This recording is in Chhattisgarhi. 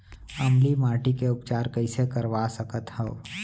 अम्लीय माटी के उपचार कइसे करवा सकत हव?